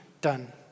done